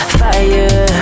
fire